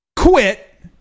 Quit